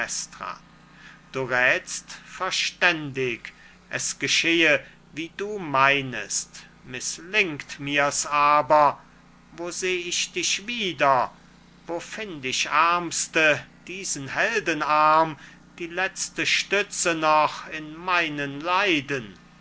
du räthst verständig es geschehe wie du meinest mißlingt mir's aber wo seh ich dich wieder wo find ich aermste diesen heldenarm die letzte stütze noch in meinen leiden